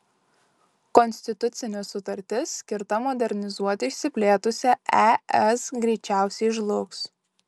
konstitucinė sutartis skirta modernizuoti išsiplėtusią es greičiausiai žlugs